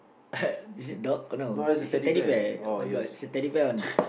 is it dog no it's a Teddy Bear [oh]-my-god it's a Teddy Bear on dig